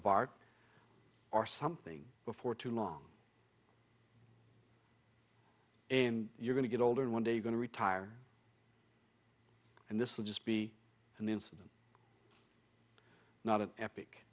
bark or something before too long and you're going to get old and one day going to retire and this will just be an incident not an e